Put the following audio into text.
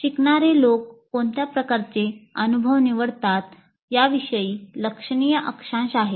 शिकणारे लोक कोणत्या प्रकारचे अनुभव निवडतात याविषयी लक्षणीय अक्षांश आहे